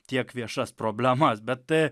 tiek viešas problemas bet